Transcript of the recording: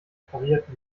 pariert